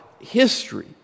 history